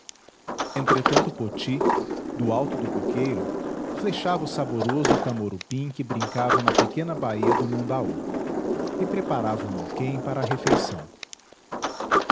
acalentasse entretanto poti do alto do coqueiro flechava o saboroso camorupim que brincava na pequena baía do mundaú e preparava o moquém para a refeição